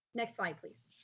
next slide, please.